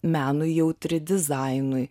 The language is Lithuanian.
menui jautri dizainui